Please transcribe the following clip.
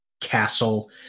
castle